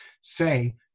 say